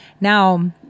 now